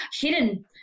hidden